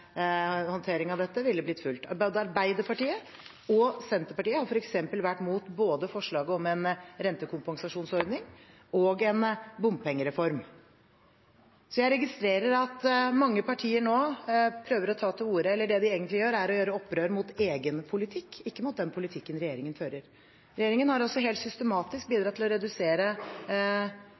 håndtering av dette hadde blitt fulgt. Arbeiderpartiet og Senterpartiet har f.eks. vært imot forslaget om både en rentekompensasjonsordning og en bompengereform. Jeg registrerer at det mange partier nå prøver på, er et opprør mot egen politikk – ikke mot den politikken regjeringen fører. Regjeringen har helt systematisk bidratt til å redusere